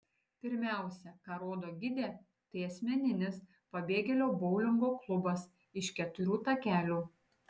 pirmiausia ką rodo gidė tai asmeninis pabėgėlio boulingo klubas iš keturių takelių